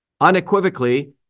unequivocally